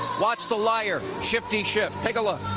watch the liar, shifty shift. take a look.